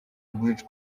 bridge